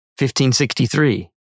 1563